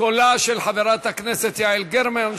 קולה של חברת הכנסת יעל גרמן,